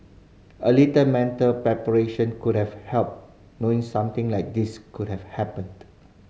a little mental preparation could have helped knowing something like this could have happened